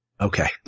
Okay